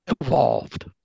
evolved